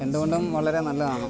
എന്തുകൊണ്ടും വളരെ നല്ലതാണ്